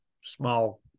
small